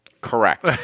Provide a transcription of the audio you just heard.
Correct